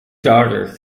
daughter